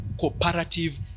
cooperative